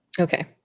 Okay